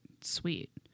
sweet